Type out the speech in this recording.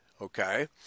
okay